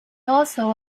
also